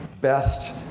best